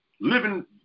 living